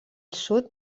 sud